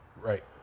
Right